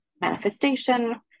manifestation